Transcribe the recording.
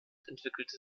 entwickelte